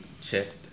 checked